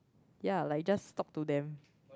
ya like just talk to them